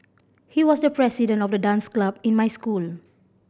he was the president of the dance club in my school